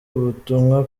ubutumwa